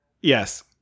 Yes